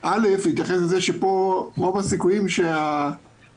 משנה (א) להתייחס לזה שפה רוב הסיכויים שאי